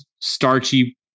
Starchy